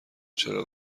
چرا